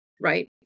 Right